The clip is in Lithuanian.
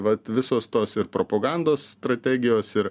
vat visos tos ir propagandos strategijos ir